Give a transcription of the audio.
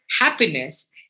happiness